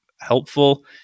helpful